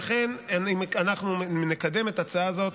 לכן אנחנו נקדם את ההצעה הזאת,